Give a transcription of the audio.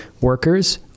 workers